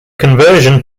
conversion